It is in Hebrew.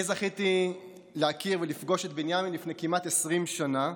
אני זכיתי להכיר ולפגוש את בנימין לפני כמעט 20 שנה,